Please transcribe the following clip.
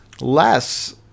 Less